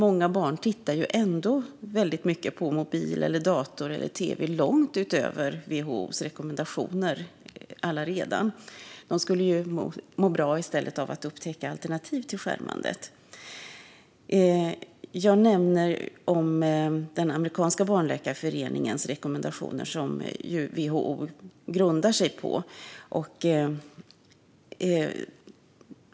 Många barn tittar ju allaredan på dator, mobil eller tv långt utöver WHO:s rekommendationer och skulle må bra av att upptäcka alternativ till skärmandet. I min interpellation nämner jag den amerikanska barnläkarföreningens rekommendationer, som WHO grundar sig på.